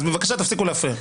אז בבקשה תפסיקו להפריע.